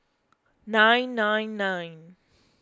nine nine nine